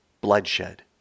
bloodshed